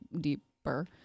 deeper